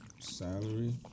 salary